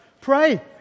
Pray